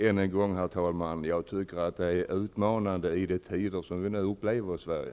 Än en gång, herr talman: Jag tycker att detta är utmanande i de tider som vi nu upplever i Sverige.